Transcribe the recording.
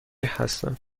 هستند